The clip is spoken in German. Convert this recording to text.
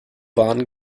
waren